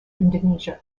indonesia